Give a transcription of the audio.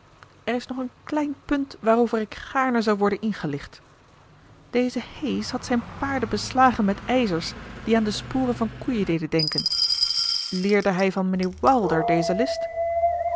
er is nog een klein punt waarover ik gaarne zou worden ingelicht deze hayes had zijn paarden beslagen met ijzers die aan de sporen van koeien deden denken leerde hij van mijnheer wilder deze list